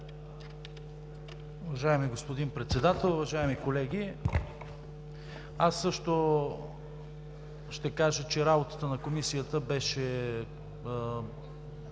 Уважаеми господин Председател, уважаеми колеги! Аз също ще кажа, че работата на Комисията беше